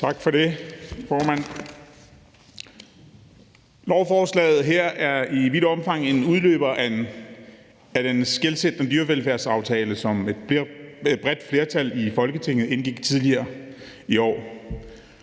Tak for det formand. Lovforslaget her er i vidt omfang en udløber af den skelsættende dyrevelfærdsaftale, som et bredt flertal i Folketinget indgik tidligere i år.